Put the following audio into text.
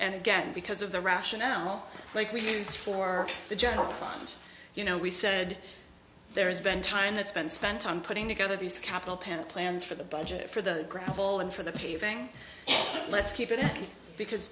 again because of the rationale like we use for the general fund you know we said there has been time that's been spent on putting together these capital panel plans for the budget for the gravel and for the paving and let's keep it because